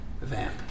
vamp